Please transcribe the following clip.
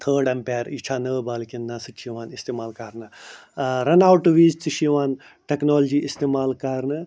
تھٲڑ اٮ۪مپیر یہِ چھا نٔو بال کِنہٕ نا سُتہِ چھِ یِوان استعمال کرنہٕ رَن اوٹہٕ وِزِ تہِ چھِ یِۄان ٹیکنالجی استعمال کرنہٕ